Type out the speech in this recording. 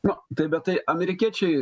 nu tai bet tai amerikiečiai